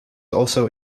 also